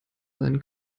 sein